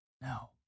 No